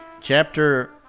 Chapter